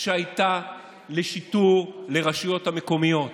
שהייתה לרשויות המקומיות